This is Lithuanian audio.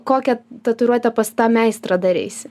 kokią tatuiruotę pas tą meistrą dareisi